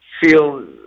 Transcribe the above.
feel